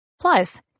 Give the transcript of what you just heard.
Plus